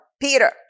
Peter